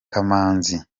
kamanzi